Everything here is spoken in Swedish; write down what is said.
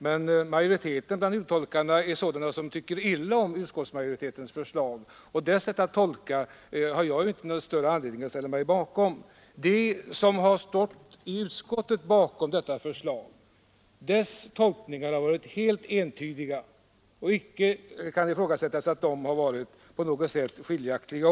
Men flertalet av uttolkarna är sådana som tycker illa om utskottsmajoritetens förslag, och deras sätt att tolka har jag inte någon större anledning att ställa mig bakom. De som i utskottet stått bakom detta har haft helt entydiga tolkningar, och det kan icke göras gällande att dessa tolkningar har varit skiljaktiga.